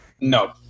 No